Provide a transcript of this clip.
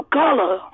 color